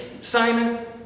Simon